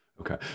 Okay